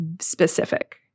specific